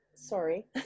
Sorry